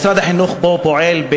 משרד החינוך פה פועל,